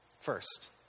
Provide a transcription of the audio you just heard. first